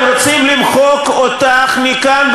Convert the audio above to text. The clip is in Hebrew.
הם רוצים למחוק אותך מכאן,